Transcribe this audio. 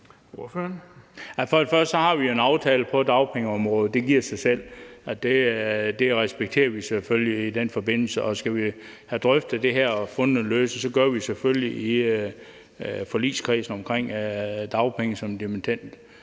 For det første har vi jo en aftale på dagpengeområdet, og det giver sig selv, at det respekterer vi selvfølgelig, og skal vi have drøftet det her og fundet en løsning, så gør vi det selvfølgelig i forligskredsen bag den aftale,